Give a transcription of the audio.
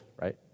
right